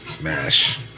MASH